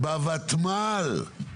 ב-ותמ"ל.